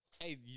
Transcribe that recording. Hey